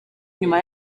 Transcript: nyuma